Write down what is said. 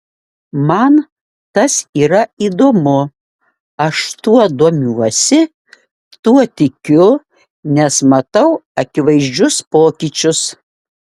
man tas yra įdomu aš tuo domiuosi tuo tikiu nes matau akivaizdžius pokyčius